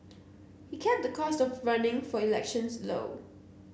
he kept the cost of running for elections low